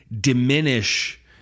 diminish